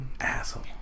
Asshole